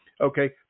okay